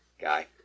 guy